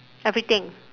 everything